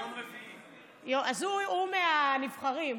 הוא מהנבחרים.